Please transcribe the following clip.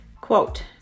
quote